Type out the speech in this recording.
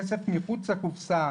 כסף מחוץ לקופסה,